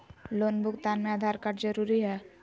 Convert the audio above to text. Loan भुगतान में Aadhaar card जरूरी है?